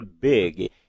big